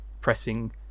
pressing